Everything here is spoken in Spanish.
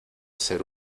ser